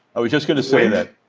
i was just going to say that